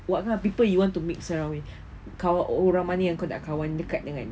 what kind of people you want to mix around with kalau orang mana yang kau mahu dekat dengan